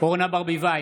אורנה ברביבאי,